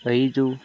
ಐದು